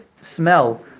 smell